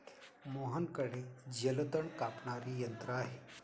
मोहनकडे जलतण कापणारे यंत्र आहे